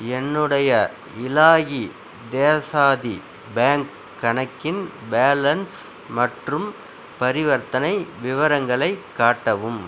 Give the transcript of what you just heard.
என்னுடைய இலாகி தேசாதி பேங்க் கணக்கின் பேலன்ஸ் மற்றும் பரிவர்த்தனை விவரங்களை காட்டவும்